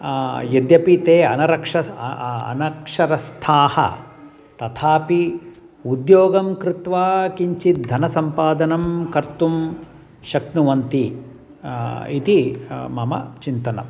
यद्यपि ते अनक्षरः अनक्षरस्थाः तथापि उद्योगं कृत्वा किञ्चित् धनसम्पादनं कर्तुं शक्नुवन्ति इति मम चिन्तनम्